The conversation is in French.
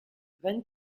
vingt